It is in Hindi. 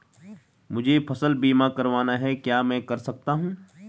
मुझे फसल बीमा करवाना है क्या मैं कर सकता हूँ?